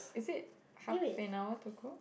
is it half an hour to go